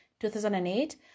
2008